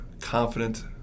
confident